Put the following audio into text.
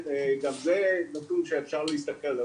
גם זה נתון שאפשר להסתכל.